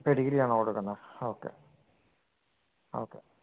പേടിഗിരി ആണോ കൊടുക്കുന്നത് ഓക്കെ ആ ഓക്കെ